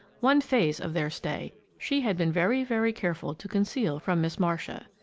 one phase of their stay she had been very, very careful to conceal from miss marcia.